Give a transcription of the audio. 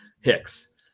Hicks